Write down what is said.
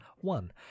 one